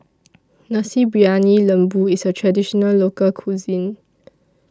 Nasi Briyani Lembu IS A Traditional Local Cuisine